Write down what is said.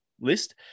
list